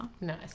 Nice